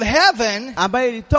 heaven